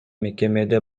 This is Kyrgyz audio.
мекемеде